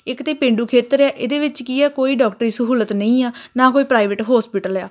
ਇੱਕ ਤਾਂ ਪੇਂਡੂ ਖੇਤਰ ਹੈ ਇਹਦੇ ਵਿੱਚ ਕੀ ਆ ਕੋਈ ਡਾਕਟਰੀ ਸਹੂਲਤ ਨਹੀਂ ਆ ਨਾ ਕੋਈ ਪ੍ਰਾਈਵੇਟ ਹੋਸਪਿਟਲ ਆ